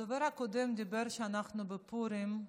הדובר הקודם אמר שאנחנו בפורים,